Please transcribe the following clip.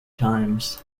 times